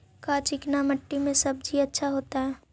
का चिकना मट्टी में सब्जी अच्छा होतै?